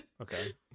Okay